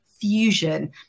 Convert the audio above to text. fusion